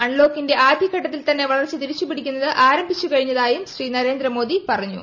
അൺലോക്കിന്റെ ആദ്യഘട്ടത്തിൽ തന്നെ വളർച്ച തിരിച്ചുപ്പിട്ടിക്കുന്നത് ആരംഭിച്ചു കഴിഞ്ഞതായും ശ്രീ നരേന്ദ്രമോദി പറഞ്ഞു